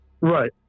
Right